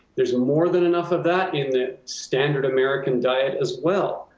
there's more than enough of that in the standard american diet as well.